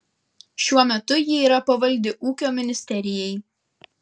šiuo metu ji yra pavaldi ūkio ministerijai